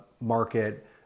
market